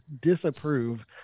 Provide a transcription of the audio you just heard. disapprove